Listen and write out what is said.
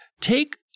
Take